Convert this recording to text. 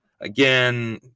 again